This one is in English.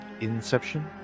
inception